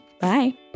Bye